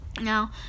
Now